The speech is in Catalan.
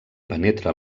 penetra